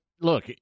Look